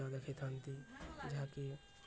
ଦେଖାଇଥାନ୍ତି ଯାହାକି